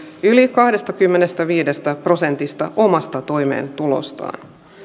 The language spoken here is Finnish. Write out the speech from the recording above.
yli kahdestakymmenestäviidestä prosentista omasta toimeentulostaan